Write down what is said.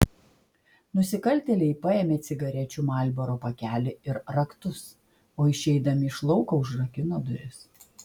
nusikaltėliai paėmė cigarečių marlboro pakelį ir raktus o išeidami iš lauko užrakino duris